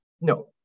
No